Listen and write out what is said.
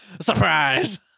Surprise